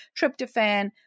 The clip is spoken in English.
tryptophan